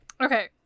Okay